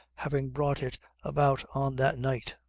having brought it about on that night.